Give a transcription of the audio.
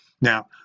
Now